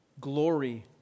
glory